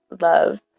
love